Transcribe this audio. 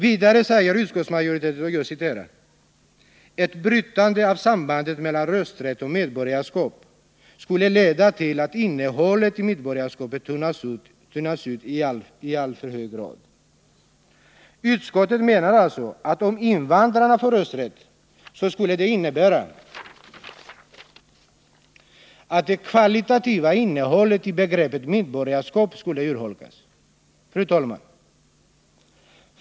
Vidare säger utskottsmajoriteten: ”Ett brytande av sambandet mellan rösträtt och medborgarskap skulle leda till att innehållet i medborgarskapet tunnas ut i alltför hög grad.” Utskottet menar alltså att om invandrarna får rösträtt så skulle det innebära att det kvalitativa innehållet i begreppet medborgarskap skulle urholkas. Fru talman!